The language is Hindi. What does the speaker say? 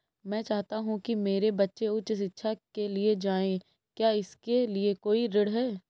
मैं चाहता हूँ कि मेरे बच्चे उच्च शिक्षा के लिए जाएं क्या इसके लिए कोई ऋण है?